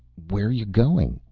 where are you going?